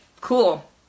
cool